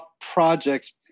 projects